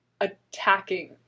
attacking